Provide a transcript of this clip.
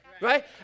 Right